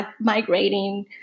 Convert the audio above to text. migrating